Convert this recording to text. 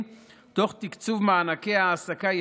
תוך תקצוב מענקי העסקה ייחודיים,